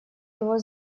его